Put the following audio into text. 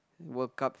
World Cup